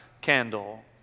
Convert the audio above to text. candle